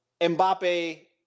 Mbappe